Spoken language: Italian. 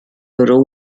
loro